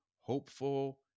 hopeful